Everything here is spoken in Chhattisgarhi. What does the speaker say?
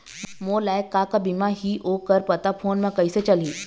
मोर लायक का का बीमा ही ओ कर पता फ़ोन म कइसे चलही?